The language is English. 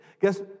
Guess